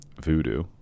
voodoo